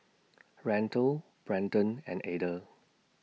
Randle Branden and Ada